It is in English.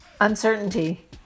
uncertainty